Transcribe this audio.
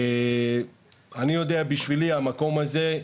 אני יודע שבשבילי המקום הזה,